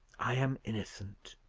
i am innocent,